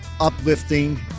uplifting